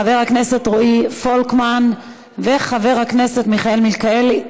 חבר הכנסת רועי פולקמן וחברת הכנסת מיכאל מלכיאלי,